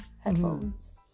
headphones